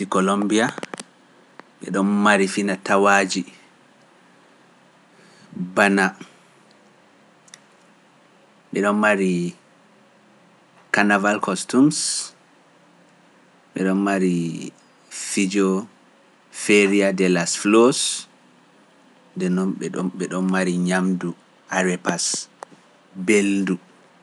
Kolombiya, finatawaaji, bana, kannawal kostum, fijo, feria de las floes, ñamdu, arepas, belndu.